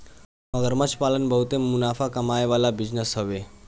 मगरमच्छ पालन बहुते मुनाफा कमाए वाला बिजनेस हवे